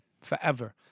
forever